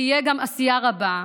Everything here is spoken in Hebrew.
תהיה גם עשייה רבה.